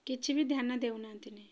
କିଛି ବି ଧ୍ୟାନ ଦେଉନାହାନ୍ତି